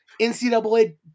NCAA